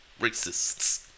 racists